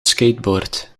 skateboard